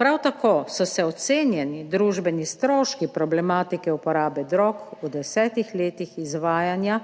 Prav tako so se ocenjeni družbeni stroški problematike uporabe drog v desetih letih izvajanja